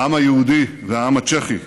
העם היהודי והעם הצ'כי,